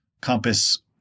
Compass